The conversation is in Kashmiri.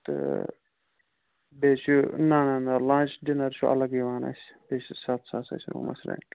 تہٕ بیٚیہِ چھُ نا نا لَنچ ڈِنَر چھُ اَلگ یِوان اَسہِ بیٚیہِ چھِ سَتھ ساس اَسہِ روٗمَس رینٛٹ